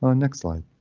ah next slide.